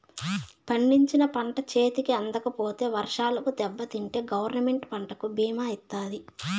పండించిన పంట చేతికి అందకపోతే వర్షాలకు దెబ్బతింటే గవర్నమెంట్ పంటకు భీమా ఇత్తాది